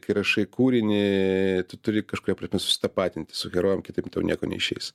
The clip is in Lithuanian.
kai rašai kūrinį tu turi kažkuria prasme susitapatinti su herojum kitaip tau nieko neišeis